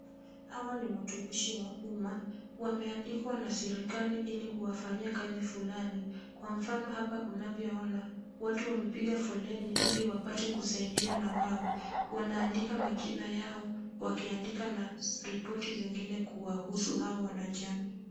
Hawa ni watumishi wa umma, wameandikwa na serikali ili kuwafanyia kazi fulani. Kwa mfano hapa unavyoona watu wamepiga foleni ili wapate kusaidiwa na wao. Wanaandika majina yao wakiandika na ripoti zingine kuwahusu hao wanajamii.